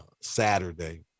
Saturday